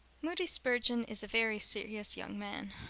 moody spurgeon is a very serious young man,